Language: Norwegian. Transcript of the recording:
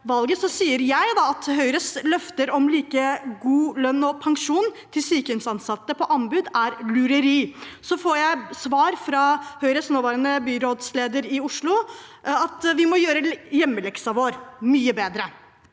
valget, sier jeg at «Høyres løfter om like god lønn og pensjon til sykehjemsansatte på anbud er lureri». Så får jeg til svar fra Høyres nåværende byrådsleder i Oslo at vi må gjøre hjemmeleksa vår mye bedre.